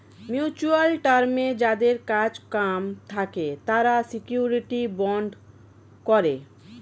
mutual টার্মে যাদের কাজ কাম থাকে তারা শিউরিটি বন্ড করে